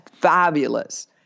fabulous